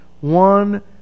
one